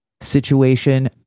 situation